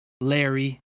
Larry